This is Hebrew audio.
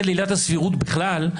הסבירות בכלל,